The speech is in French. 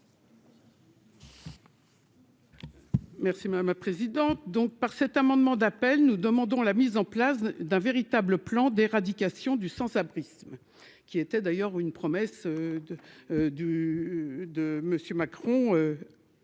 Merci madame la présidente, donc par cet amendement d'appel, nous demandons la mise en place d'un véritable plan d'éradication du sens prisme qui était d'ailleurs une promesse de du de